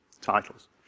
titles